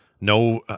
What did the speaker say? no